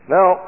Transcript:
Now